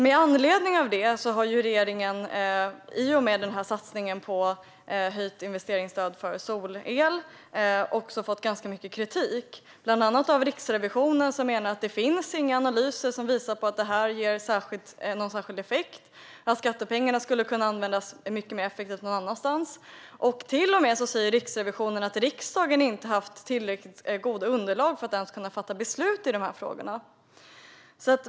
Med anledning av det har regeringen i och med satsningen på höjt investeringsstöd för solel också fått ganska mycket kritik, bland annat av Riksrevisionen. Man menar att det inte finns några analyser som visar att detta ger någon särskild effekt, och man menar att skattepengarna skulle kunna användas mycket mer effektivt någon annanstans. Riksrevisionen säger till och med att riksdagen inte har haft tillräckligt goda underlag för att kunna fatta beslut i frågorna.